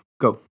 go